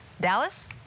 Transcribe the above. Dallas